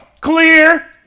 Clear